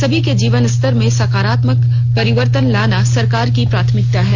सभी के जीवन स्तर में सकारात्मक परिवर्तन लाना सरकार की प्राथमिकता है